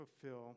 fulfill